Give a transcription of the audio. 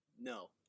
No